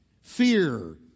fear